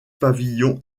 pavillon